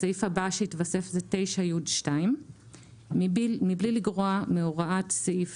הסעיף הבא שהתווסף זה 9י2. 'מבלי לגרוע מהוראת סעיף